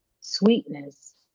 Sweetness